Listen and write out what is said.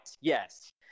yes